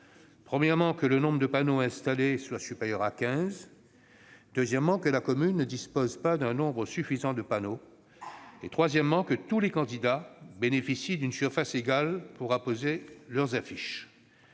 premièrement, que le nombre de panneaux à installer soit supérieur à quinze ; deuxièmement, que la commune ne dispose pas d'un nombre suffisant de panneaux ; troisièmement, que tous les candidats bénéficient d'une surface égale pour apposer leurs affiches.